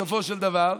בסופו של דבר,